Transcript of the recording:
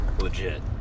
legit